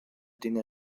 dinge